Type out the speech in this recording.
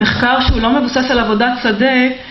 מחקר שהוא לא מבוסס על עבודת שדה